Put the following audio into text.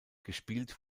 gespielt